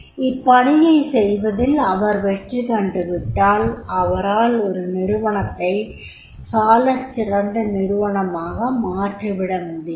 இப்பணியை செய்வதில் அவர் வெற்றிகண்டுவிட்டால் அவரால் ஒரு நிறுவனத்தை சாலச்சிறந்த நிறுவனமாக மாற்றிவிட முடியும்